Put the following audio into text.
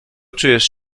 czujesz